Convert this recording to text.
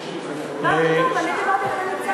מה פתאום, אני דיברתי אחרי ניצן.